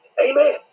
Amen